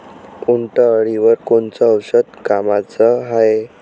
उंटअळीवर कोनचं औषध कामाचं हाये?